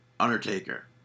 Undertaker